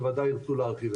בוודאי ירצו להרחיב.